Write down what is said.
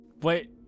Wait